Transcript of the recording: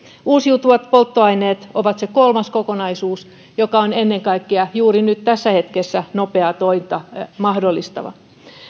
uusiutuvat polttoaineet ovat se kolmas kokonaisuus joka on ennen kaikkea juuri nyt tässä hetkessä nopeaa tointa mahdollistava